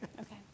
okay